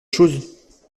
chose